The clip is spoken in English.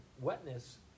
wetness